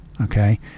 okay